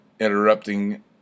Interrupting